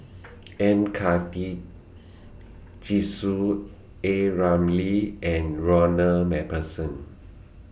M Karthigesu A Ramli and Ronald MacPherson